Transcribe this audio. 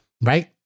Right